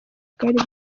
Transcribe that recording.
bwari